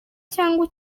cyangwa